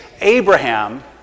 Abraham